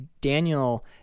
Daniel